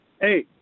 Hey